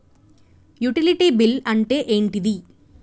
Utility bill అంటే ఏంటిది?